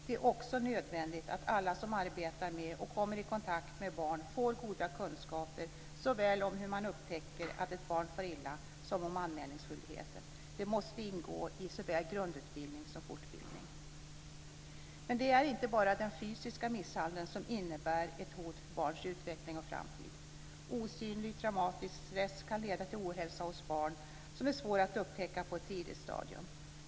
Det är också nödvändigt att alla som arbetar med och kommer i kontakt med barn får goda kunskaper såväl om hur man upptäcker att ett barn far illa som om anmälningsskyldigheten. Detta måste ingå i såväl grundutbildning som fortbildning. Men det är inte bara den fysiska misshandeln som innebär ett hot för barns utveckling och framtid. Osynlig traumatisk stress kan leda till ohälsa hos barn, vilken är svår att upptäcka på ett tidigt stadium.